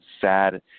sad